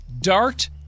Dart